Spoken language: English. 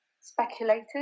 speculated